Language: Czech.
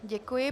Děkuji.